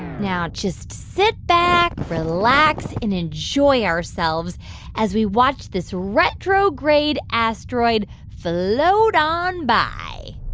now just sit back, relax and enjoy ourselves as we watch this retrograde asteroid float on by